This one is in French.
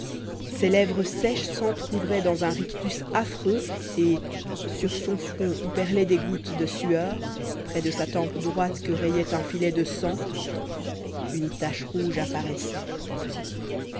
ses lèvres sèches s'entr'ouvraient dans un rictus affreux et sur son front où perlaient des gouttes de sueur près de sa tempe droite que rayait un filet de sang une tache rouge apparaissait